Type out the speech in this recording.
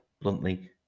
bluntly